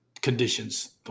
conditions